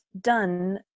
done